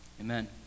Amen